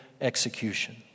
execution